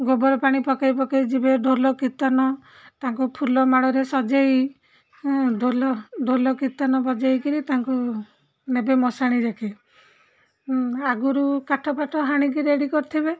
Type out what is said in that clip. ଗୋବର ପାଣି ପକାଇ ପକାଇ ଯିବେ ଢୋଲ କୀର୍ତ୍ତନ ତାଙ୍କୁ ଫୁଲ ମାଳରେ ସଜାଇ ଢୋଲ ଢୋଲ କୀର୍ତ୍ତନ ବଜାଇକିରି ତାଙ୍କୁ ନେବେ ମଶାଣି ଯାକେ ଆଗୁରୁ କାଠ ପାଠ ହାଣିକି ରେଡ଼ି କରିଥିବେ